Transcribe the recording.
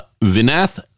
Vinath